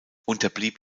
unterblieb